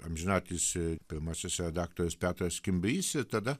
amžinatilsį pirmasis redaktorius petras kimbrys ir tada